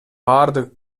баардык